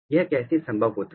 यह कैसे संभव होता है